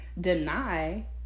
deny